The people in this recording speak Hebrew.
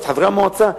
אז את חברי המועצה,